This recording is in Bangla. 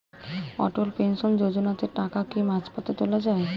অটল পেনশন যোজনাতে টাকা কি মাঝপথে তোলা যায়?